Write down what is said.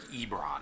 Ebron